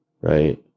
right